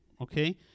okay